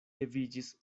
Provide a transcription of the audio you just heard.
leviĝis